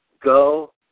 go